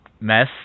mess